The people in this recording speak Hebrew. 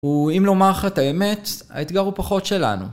הוא אם לומר לך את האמת, האתגר הוא פחות שלנו.